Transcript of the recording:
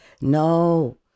No